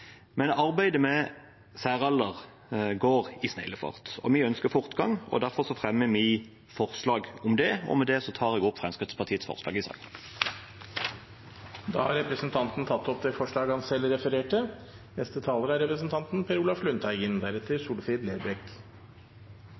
Arbeidet med særaldersgrense går i sneglefart, og vi ønsker fortgang. Derfor fremmer vi forslag om det. Med det tar jeg opp Fremskrittspartiets forslag i saken. Representanten Gisle Meininger Saudland har tatt opp det forslaget han refererte til. Saken gjelder samordning av folketrygd og offentlig tjenestepensjon for folk med særaldersgrenser. Det er